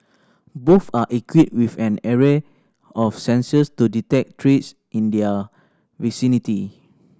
both are equipped with an array of sensors to detect threats in their vicinity